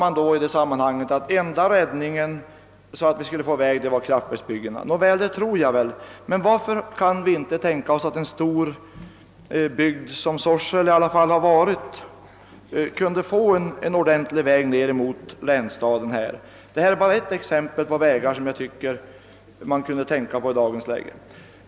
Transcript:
Man sade i detta sammanhang att den enda möjligheten att få bättre väg gavs av kraftverksbyggena, och det är nog sant. Men varför kan vi inte ge en stor bygd, som Sorsele i alla fall har varit, en ordentlig väg ned mot länsstaden? Det är bara ett exempel på vägar som vi kunde tänka på i dagens läge.